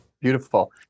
Beautiful